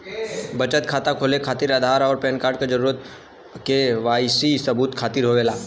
बचत खाता खोले खातिर आधार और पैनकार्ड क जरूरत के वाइ सी सबूत खातिर होवेला